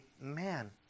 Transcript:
man